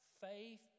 faith